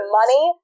money